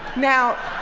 now